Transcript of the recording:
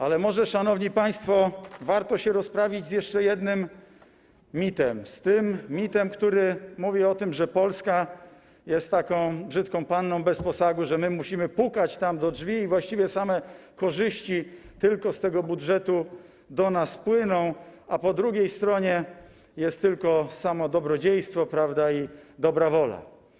Ale może, szanowni państwo, warto się rozprawić z jeszcze jednym mitem, z tym mitem, który mówi o tym, że Polska jest taką brzydką panną bez posagu, że my musimy pukać tam do drzwi i właściwie same korzyści tylko z tego budżetu do nas płyną, a po drugiej stronie jest tylko samo dobrodziejstwo, prawda, i dobra wola.